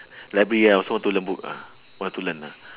library ah hope to lend book ah want to learn